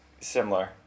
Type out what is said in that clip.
similar